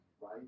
right